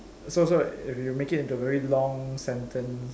so so if you make it into a very long sentence